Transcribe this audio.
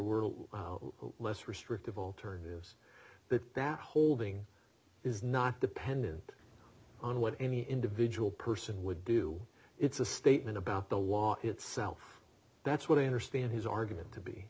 were less restrictive alternatives but that holding is not dependent on what any individual person would do it's a statement about the law itself that's what i understand his argument to be